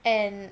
and